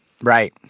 Right